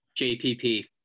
JPP